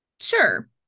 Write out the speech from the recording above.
sure